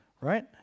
right